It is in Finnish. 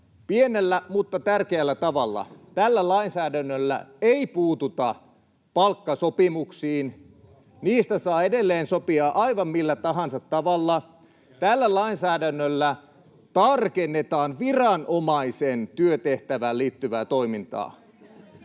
pienellä mutta tärkeällä tavalla. Tällä lainsäädännöllä ei puututa palkkasopimuksiin. Niistä saa edelleen sopia aivan millä tahansa tavalla. Tällä lainsäädännöllä tarkennetaan viranomaisen työtehtävään liittyvää toimintaa.